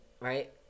right